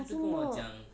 我做么